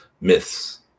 myths